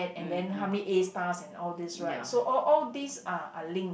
and and then how many A stars and all these right so all all these are are link